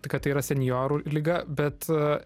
kad tai yra senjorų liga bet